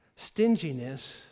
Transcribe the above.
Stinginess